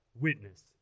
witness